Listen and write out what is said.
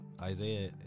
Isaiah